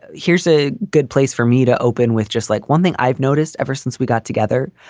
ah here's a good place for me to open with, just like one thing i've noticed ever since we got together.